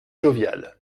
jovial